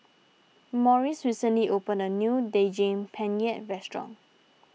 Morris recently opened a new Daging Penyet restaurant